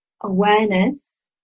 awareness